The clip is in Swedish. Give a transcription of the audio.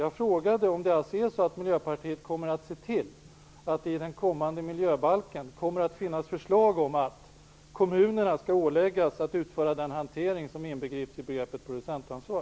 Jag frågade nämligen om Miljöpartiet kommer att se till att det i den kommande miljöbalken finns med förslag om att kommunerna skall åläggas att utföra den hantering som inbegrips i begreppet producentansvar.